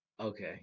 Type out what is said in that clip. Okay